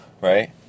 right